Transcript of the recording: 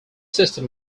system